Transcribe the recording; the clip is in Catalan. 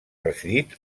residit